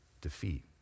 defeat